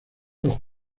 los